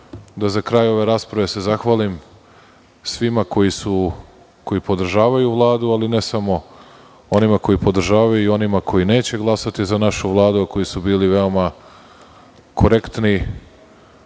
da za kraj ove rasprave zahvalim svima koji podržavaju Vladu, ali ne samo onima koji podržavaju i onima koji neće glasati za našu Vladu, a koji su bili veoma korektni,